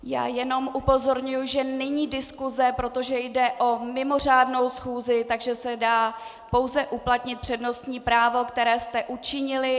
Já jenom upozorňuji, že není diskuse, protože jde o mimořádnou schůzi, takže se dá pouze uplatnit přednostní právo, které jste učinili.